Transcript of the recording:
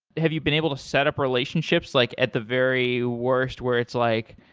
have you been able to set up relationships like at the very worst where it's like,